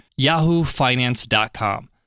yahoofinance.com